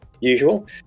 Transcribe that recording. usual